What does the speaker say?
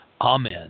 Amen